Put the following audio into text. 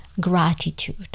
gratitude